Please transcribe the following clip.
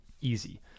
easy